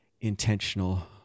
intentional